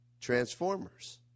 Transformers